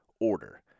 order